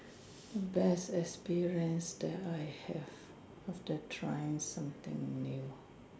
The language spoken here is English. the best experience that I have after trying something new